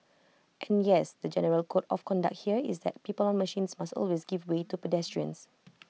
and yes the general code of conduct here is that people on machines must always give way to pedestrians